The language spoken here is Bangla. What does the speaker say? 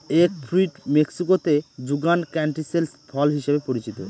এগ ফ্রুইট মেক্সিকোতে যুগান ক্যান্টিসেল ফল হিসাবে পরিচিত